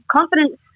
Confidence